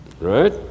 right